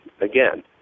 again